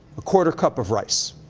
a quarter cup of rice.